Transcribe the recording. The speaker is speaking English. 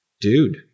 dude